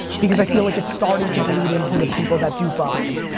because i feel like it's starting to bleed into the people that do follow me.